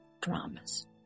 dramas